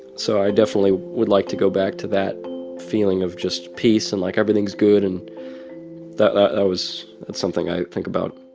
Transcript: so i definitely would like to go back to that feeling of just peace and, like, everything's good. and that was that's something i think about